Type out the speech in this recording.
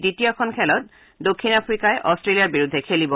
দ্বিতীয়খন খেলত দক্ষিণ আফ্ৰিকাই অট্টেলিয়াৰ বিৰুদ্ধে খেলিব